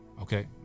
Okay